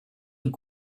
will